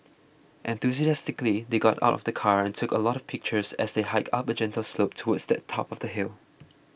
enthusiastically they got out of the car and took a lot of pictures as they hiked up a gentle slope towards the top of the hill